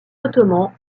ottomans